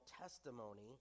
testimony